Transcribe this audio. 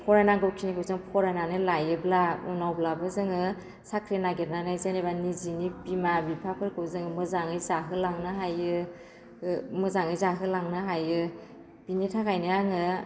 फरायनांगौ खिनिखौ जों फरायनानै लायोब्ला उनावब्लाबो जोङो साख्रि नागिरनानै जेनेबा निजिनि बिमा बिफाफोरखौ जों मोजाङै जाहोलांनो हायो मोजाङै जाहोलांनो हायो बिनि थाखायनो आङो